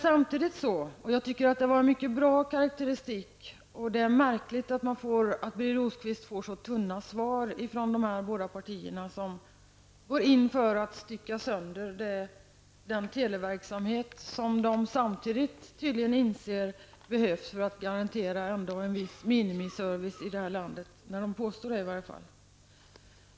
Jag tycker att det var en mycket bra karakteristik, och det är märkligt att Birger Rosqvist får så tunna svar från de båda partier som går in för att stycka sönder den televerksamhet som de samtidigt tydligen inser behövs för att garantera en viss minimiservice i landet. Det påstår de i varje fall.